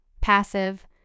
passive